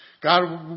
God